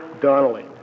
Donnelly